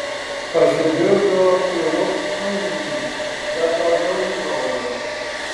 pasigirdo tylus hm bet daugiau nė žodžio